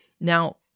Now